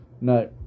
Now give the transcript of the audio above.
No